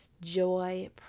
Joy